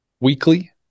weekly